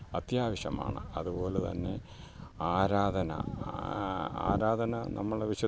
അത്യാവശ്യമാണ് അതുപോലെതന്നെ ആരാധന ആരാധന നമ്മൾ വിശു